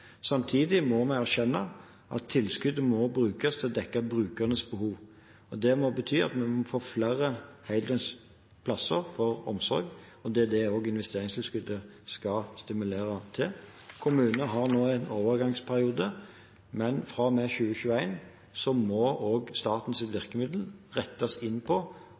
Samtidig må vi erkjenne at tilskuddet må brukes til å dekke brukernes behov. Det må bety at vi må få flere heldøgns plasser for omsorg, og det er også det investeringstilskuddet skal stimulere til. Kommunene har nå en overgangsperiode, men fra og med 2021 må også statens virkemidler rettes inn på